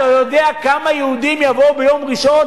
אתה יודע כמה יהודים יבואו ביום ראשון